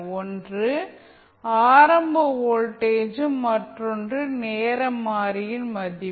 ஒன்று ஆரம்ப வோல்டேஜும் மற்றொன்று நேர மாறியின் மதிப்பு